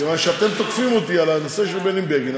כיוון שאתם תוקפים אותי על הנושא של בני בגין,